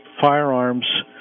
firearms